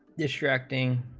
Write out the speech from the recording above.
distracting